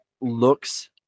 looks